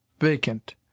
Vacant